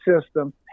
system